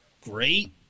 great